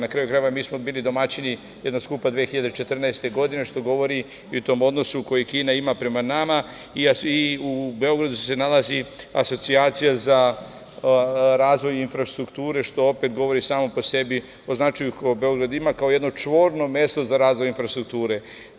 Na kraju krajeva, mi smo bili domaćini jednog skupa 2014. godine, što govori i o tom odnosu koji Kina ima prema nama i Beogradu se nalazi Asocijacija za razvoj infrastrukture, što opet govori samo po sebi o značaju koji Beograd ima kao jedno čvorno mesto za razvoj infrastrukture.